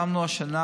שמנו השנה